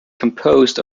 composed